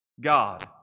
God